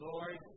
Lord